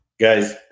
Guys